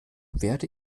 werde